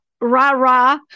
rah-rah